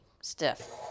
stiff